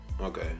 Okay